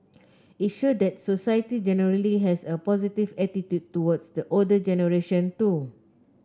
it showed that society generally has a positive attitude towards the older generation too